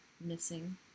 Missing